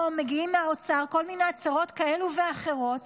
או מגיעים מהאוצר כל מיני הצהרות כאלו ואחרות